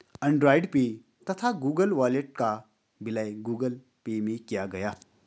Android pay तथा Google wallet का विलय गूगल पे में किया गया